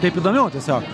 taip įdomiau tiesiog